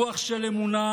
רוח של אמונה,